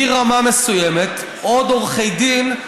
מרמה מסוימת, עוד עורכי דין,